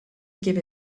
give